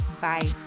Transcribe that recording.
Bye